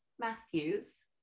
Matthews